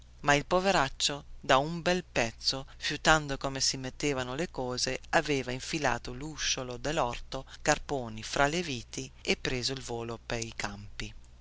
ma il poveraccio da un bel pezzo fiutando come si mettevano le cose aveva infilato lusciuolo dellorto carponi fra le viti e preso il volo pei campi